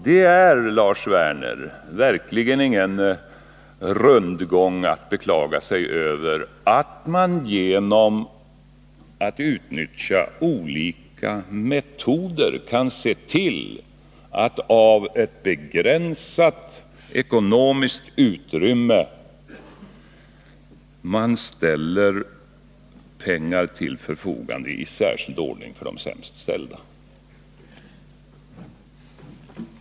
Det är, Lars Werner, verkligen ingen rundgång att beklaga sig över att man genom att utnyttja olika metoder ser till att det i ett begränsat ekonomiskt utrymme ställs pengar till förfogande i särskild ordning för de sämst ställda.